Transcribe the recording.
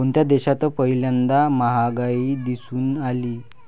कोणत्या देशात पहिल्यांदा महागाई दिसून आली?